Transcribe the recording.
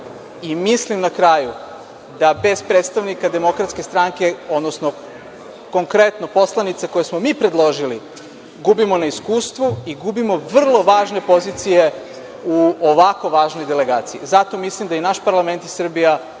Mislim na kraju da bez predstavnika DS, odnosno konkretno poslanice koje smo mi predložili gubimo na iskustvu i gubimo vrlo važne pozicije u ovako važnoj delegaciji. Zato mislim da je i naš parlament i Srbija